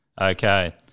Okay